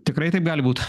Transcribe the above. tikrai taip gali būt